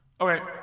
Okay